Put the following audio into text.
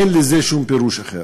אין לזה שום פירוש אחר.